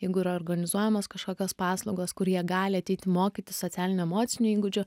jeigu yra organizuojamos kažkokios paslaugos kur jie gali ateiti mokytis socialinių emocinių įgūdžių